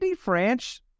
French